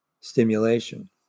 stimulation